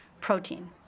protein